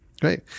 great